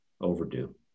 Overdue